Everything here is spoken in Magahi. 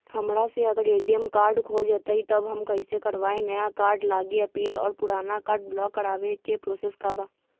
हमरा से अगर ए.टी.एम कार्ड खो जतई तब हम कईसे करवाई नया कार्ड लागी अपील और पुराना कार्ड ब्लॉक करावे के प्रोसेस का बा?